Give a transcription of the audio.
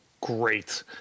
great